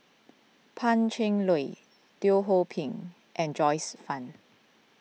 Pan Cheng Lui Teo Ho Pin and Joyce Fan